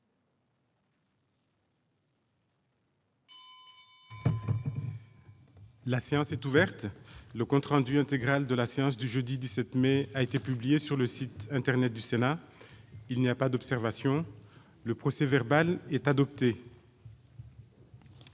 La séance est ouverte. Le compte rendu intégral de la séance du jeudi 17 mai 2018 a été publié sur le site internet du Sénat. Il n'y a pas d'observation ?... Le procès-verbal est adopté.